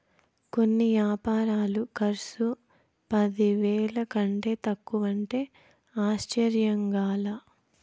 కొన్ని యాపారాల కర్సు పదివేల కంటే తక్కువంటే ఆశ్చర్యంగా లా